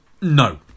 no